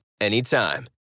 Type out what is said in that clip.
anytime